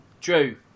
Drew